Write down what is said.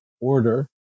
order